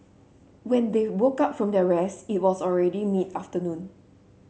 when they woke up from their rest it was already mid afternoon